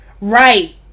Right